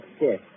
Yes